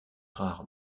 rare